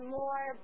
more